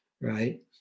right